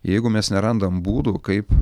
jeigu mes nerandam būdų kaip